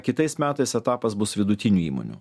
kitais metais etapas bus vidutinių įmonių